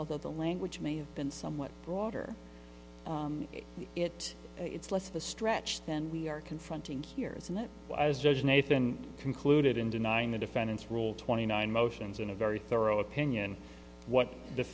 although the language may have been somewhat water it it's less of a stretch then we are confronting here isn't it as judge nathan concluded in denying the defendants rule twenty nine motions in a very thorough opinion what the